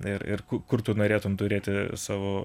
ir ir kur tu norėtum turėti savo